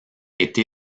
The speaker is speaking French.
été